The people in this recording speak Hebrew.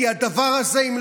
כי הדבר הזה יקרה,